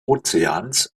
ozeans